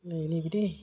नै